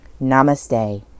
Namaste